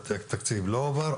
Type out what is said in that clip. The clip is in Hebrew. שהתקציב לא הועבר,